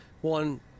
one